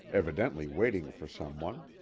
evidently waiting for someone.